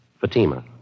Fatima